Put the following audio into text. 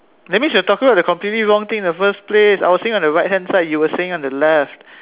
that means we're talking about the completely wrong thing in the first place I was saying on the right hand side you were saying on the left